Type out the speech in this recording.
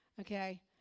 okay